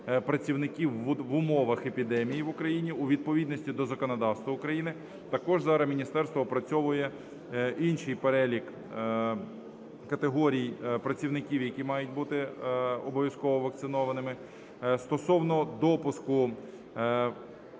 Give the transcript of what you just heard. працівників в умовах епідемії в Україні у відповідності до законодавства України. Також зараз міністерство опрацьовує інший перелік категорій працівників, які мають бути обов'язково вакцинованими. Стосовно допуску